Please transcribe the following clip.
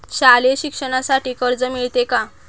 शालेय शिक्षणासाठी कर्ज मिळते का?